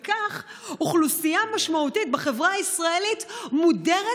וכך אוכלוסייה משמעותית בחברה הישראלית מודרת